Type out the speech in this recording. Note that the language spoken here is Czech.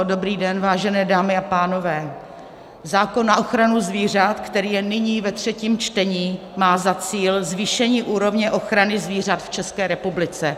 Dobrý den, vážené dámy a pánové, zákon na ochranu zvířat, který je nyní ve třetím čtení, má za cíl zvýšení úrovně ochrany zvířat v České republice.